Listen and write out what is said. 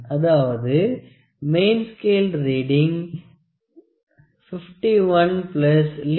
அதாவது mains scale reading 51 least count 0